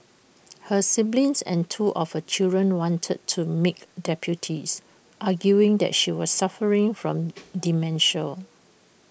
her siblings and two of her children wanted to make deputies arguing that she was suffering from dementia